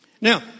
Now